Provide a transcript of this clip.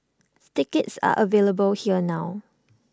tickets are available here now